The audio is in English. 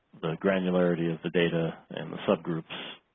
granularity of the data and the subgroups